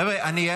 חבר'ה,